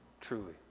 truly